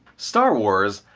star wars,